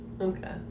okay